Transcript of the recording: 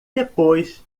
depois